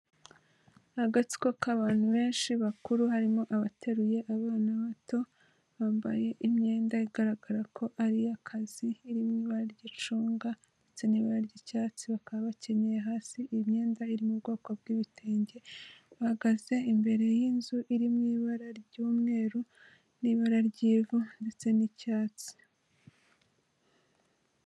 Agatsiko k'abantu benshi bakuru harimo abateruye abana bato, bambaye imyenda igaragara ko ari iy'akazi, iri mu ibara ry'icunga ndetse n'ibara ry'icyatsi, bakaba bakenyeye hasi iyi myenda iri mu bwoko bw'ibitenge, bahagaze imbere y'inzu iri mu ibara ry'umweru n'ibara ry'ivu ndetse n'icyatsi.